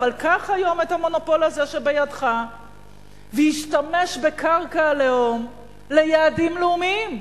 אבל קח היום את המונופול הזה שבידך והשתמש בקרקע הלאום ליעדים לאומיים.